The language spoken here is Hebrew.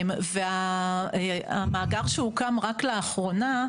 והמאגר שהוקם רק לאחרונה,